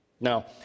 Now